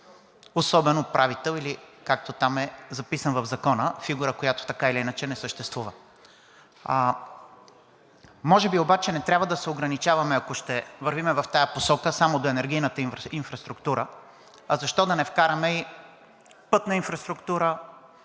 особен управител или както там е записан в Закона – фигура, която така или иначе не съществува. Може би обаче не трябва да се ограничаваме, ако ще вървим в тази посока, само до енергийната инфраструктура, а защо да не вкараме и пътна инфраструктура,